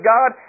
God